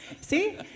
See